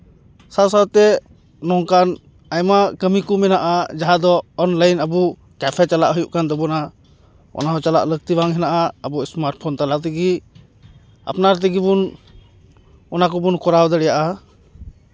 ᱥᱟᱶᱼᱥᱟᱶᱛᱮᱱ ᱱᱚᱝᱠᱟᱱ ᱟᱭᱢᱟ ᱠᱟᱹᱢᱤ ᱠᱚ ᱢᱮᱱᱟᱜᱼᱟ ᱡᱟᱦᱟᱸ ᱫᱚ ᱚᱱᱞᱟᱭᱤᱱ ᱟᱵᱚ ᱠᱮᱯᱷᱮ ᱪᱟᱞᱟᱜ ᱦᱩᱭᱩᱜ ᱠᱟᱱ ᱛᱟᱵᱚᱱᱟ ᱚᱱᱟᱦᱚᱸ ᱪᱟᱞᱟᱜ ᱵᱟᱝ ᱞᱟᱹᱠᱛᱤ ᱢᱮᱱᱟᱜᱼᱟ ᱟᱵᱚ ᱥᱢᱟᱨᱴ ᱯᱷᱳᱱ ᱛᱟᱞᱟ ᱛᱮᱜᱮ ᱟᱯᱱᱟᱨ ᱛᱮᱜᱮ ᱵᱚᱱ ᱚᱱᱟ ᱠᱚᱵᱚᱱ ᱠᱚᱨᱟᱣ ᱫᱟᱲᱮᱭᱟᱜᱼᱟ